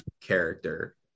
character